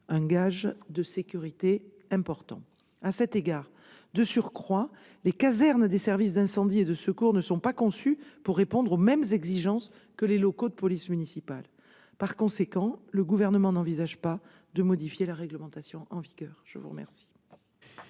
un gage de sécurité important. De surcroît, les casernes des services d'incendie et de secours ne sont pas conçues pour répondre aux mêmes exigences que les locaux de police municipale. Par conséquent, le Gouvernement n'envisage pas de modifier la réglementation en vigueur. La parole